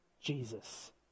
Jesus